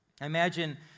Imagine